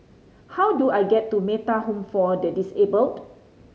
how do I get to Metta Home for the Disabled